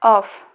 of